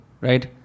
right